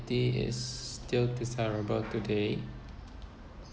is still desirable today